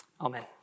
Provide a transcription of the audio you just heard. Amen